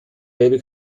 gelbe